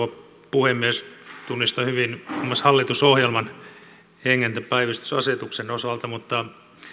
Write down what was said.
puhemies tunnistan hyvin muun muassa hallitusohjelman hengen tämän päivystysasetuksen osalta mutta